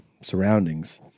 surroundings